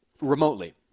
remotely